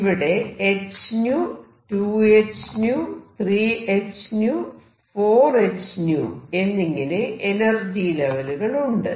ഇവിടെ h𝜈 2h𝜈 3h𝜈 4h𝜈 എന്നിങ്ങനെ എനർജി ലെവലുകളുണ്ട്